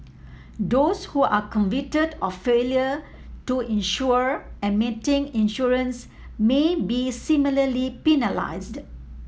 those who are convicted of failure to insure and maintain insurance may be similarly penalised